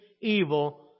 evil